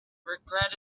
regretted